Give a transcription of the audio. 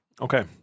Okay